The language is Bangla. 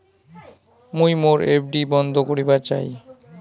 মুই মোর এফ.ডি বন্ধ করিবার চাই